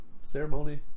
ceremony